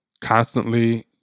constantly